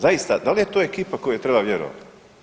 Zaista da li je to ekipa kojoj treba vjerovat?